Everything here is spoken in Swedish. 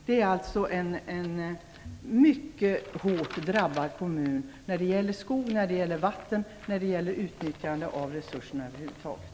Det är alltså en mycket hårt drabbad kommun när det gäller skog, vatten och utnyttjande av resurserna över huvud taget.